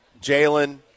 Jalen